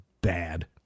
bad